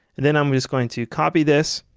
and then i'm just going to copy this,